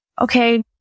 okay